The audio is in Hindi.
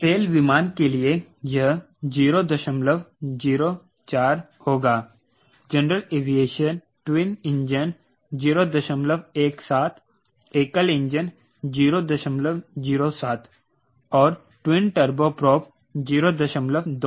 सैल विमान के लिए यह 004 होगा जनरल एविएशन ट्विन इंजन 017 एकल इंजन 007 और ट्विन टर्बो प्रोप 025